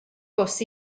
bws